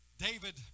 David